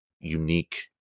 unique